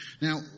Now